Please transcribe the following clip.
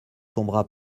tombera